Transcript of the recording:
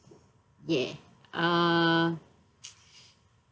yeah uh